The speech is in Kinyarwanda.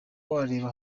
wareba